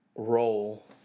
Role